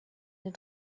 den